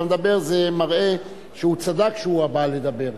מדבר זה מראה שהוא צדק כשהוא בא לדבר.